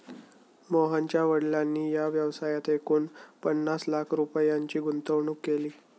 मोहनच्या वडिलांनी या व्यवसायात एकूण पन्नास लाख रुपयांची गुंतवणूक केली